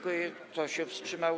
Kto się wstrzymał?